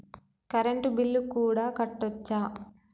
Current bill కూడా కట్టొచ్చా?